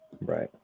Right